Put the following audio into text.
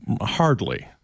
Hardly